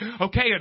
Okay